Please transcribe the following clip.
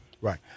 Right